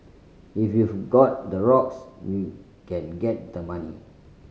if you've got the rocks you can get the money